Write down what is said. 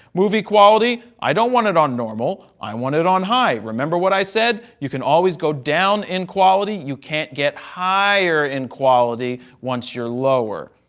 movie quality, i don't want it on normal. i want it on high. remember what i said, you can always go down in quality, you can't get higher in quality once you're lower.